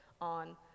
on